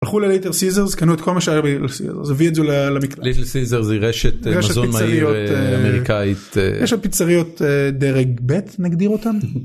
הלכו לליטל סיזרס, קנו את כל מה שהיה בליטל סיזרס, הביאו את זה ל... ליטל סיזרס היא רשת מזון מהיר אמריקאית. רשת פיצריות דרג ב', נגדיר אותם.